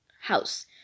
house